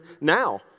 now